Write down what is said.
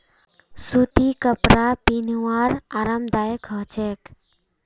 सूतीर कपरा पिहनवार आरामदायक ह छेक